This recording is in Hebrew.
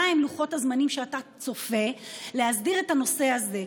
מהם לוחות הזמנים שאתה צופה להסדיר את הנושא הזה?